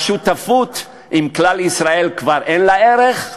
והשותפות עם כלל ישראל, כבר אין לה ערך?